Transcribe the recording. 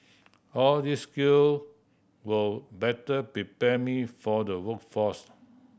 all these skill will better prepare me for the workforce